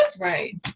Right